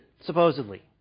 supposedly